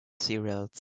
cereals